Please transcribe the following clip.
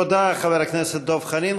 תודה, חבר הכנסת דב חנין.